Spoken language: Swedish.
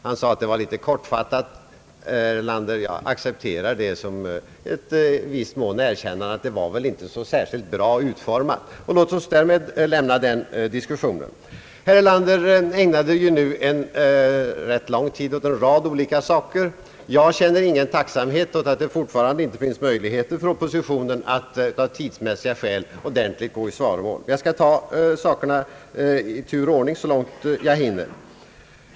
Han sade att det var något »kortfattat». Herr Erlander, jag accepterar det som i viss mån ett erkännande av att det inte var så särskilt väl utformat. Låt oss därmed lämna den diskussionen. Herr Erlander ägnade nu lång tid åt att tala om en rad olika frågor. Jag känner ingen tacksamhet för att det fortfarande av tidsskäl inte finns möjligheter för oppositionen att ordentligt gå i svaromål. Jag skall ta upp frågorna i tur och ordning, så långt jag hinner.